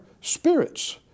spirits